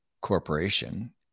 corporation